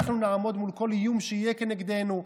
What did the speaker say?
אנחנו נעמוד מול כל איום שיהיה כנגדנו,